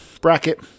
bracket